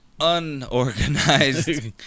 Unorganized